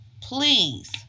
please